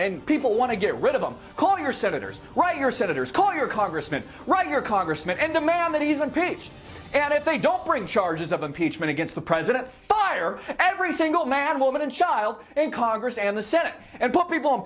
and people want to get rid of them calling our senators write your senators call your congressman write your congressman and demand that he's a peach and if they don't bring charges of impeachment against the president fire every single man woman and child in congress and the senate and put people in